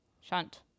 Shunt